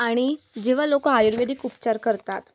आणि जेव्हा लोक आयुर्वेदिक उपचार करतात